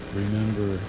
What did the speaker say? remember